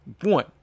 one